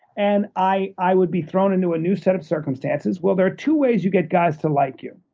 and i i would be thrown into a new set of circumstances. well, there are two ways you get guys to like you.